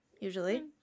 usually